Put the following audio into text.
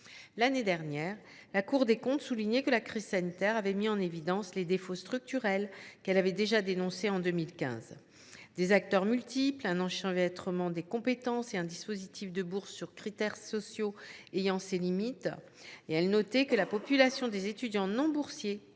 L’année dernière, la Cour des comptes soulignait que la crise sanitaire avait mis en évidence les défauts structurels qu’elle avait déjà dénoncés en 2015 : des acteurs multiples, un enchevêtrement des compétences et un dispositif de bourses sur critères sociaux présentant des limites. Elle notait que la population des étudiants non boursiers